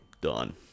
done